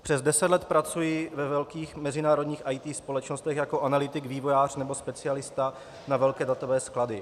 Přes deset let pracuji ve velkých mezinárodních IT společnostech jako analytik, vývojář nebo specialista na velké datové sklady.